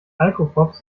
alkopops